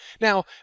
now